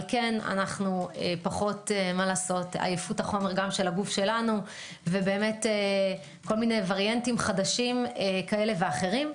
אבל עייפות החומר גם של הגוף שלנו ו-ווריאנטים חדשים כאלה ואחרים,